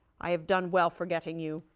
i have done well forgetting you.